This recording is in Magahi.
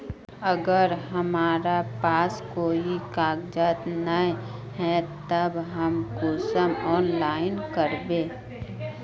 अगर हमरा पास कोई कागजात नय है तब हम कुंसम ऑनलाइन करबे?